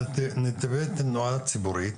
נתיבי תנועה ציבורית,